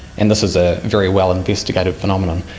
and this is a very well investigated phenomenon.